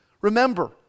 Remember